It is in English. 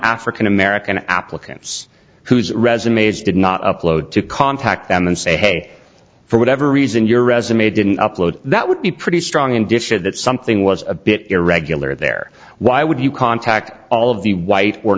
african american applicants whose resumes did not upload to contact them and say hey for whatever reason your resume didn't upload that would be pretty strong and disha that something was a bit irregular there why would you contact all of the white or